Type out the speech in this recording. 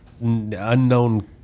unknown